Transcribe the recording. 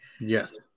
Yes